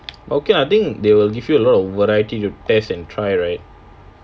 but okay lah I think they will give you a lot of variety to test and try right